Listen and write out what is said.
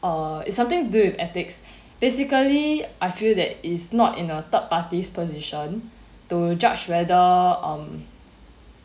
uh it's something do with ethics basically I feel that is not in our third party's position to judge whether um